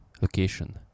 location